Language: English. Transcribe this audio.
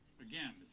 Again